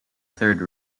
third